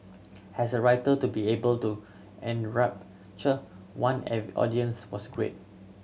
has a writer to be able to enrapture one an audience was greats